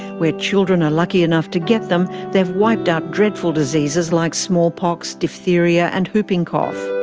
where children are lucky enough to get them, they've wiped out dreadful diseases like smallpox, diphtheria and whooping cough.